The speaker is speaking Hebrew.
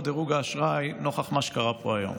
דירוג האשראי נוכח מה שקרה פה היום.